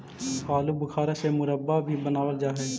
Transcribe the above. आलू बुखारा से मुरब्बा भी बनाबल जा हई